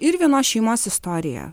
ir vienos šeimos istorija